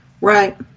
Right